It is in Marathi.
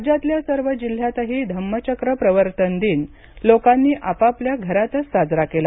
राज्यातल्या सर्व जिल्ह्यातही धम्मचक्र प्रवर्तनदिन लोकांनी आपापल्या घरातच साजरा केला